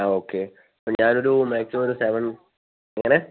ആ ഓക്കെ ഇപ്പോൾ ഞാനൊരു നൈറ്റോടെ സെവൻ എങ്ങനെ